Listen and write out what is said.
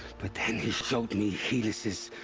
but they he showed me helis's.